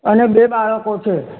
અને બે બાળકો છે